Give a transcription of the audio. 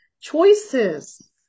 choices